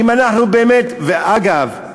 אגב,